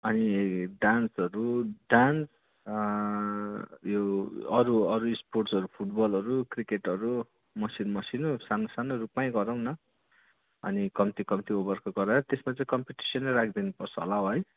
अनि डान्सहरू डान्स यो अरू अरू स्पोर्ट्सहरू फुटबलहरू क्रिकेटहरू मसिनो मसिनो सानो सानो रूपमै गराउन अनि कम्ती कम्ती ओभरको गरायो त्यसमा चाहिँ कम्पिटिस नै राखिदिनु पर्छ होला हौ है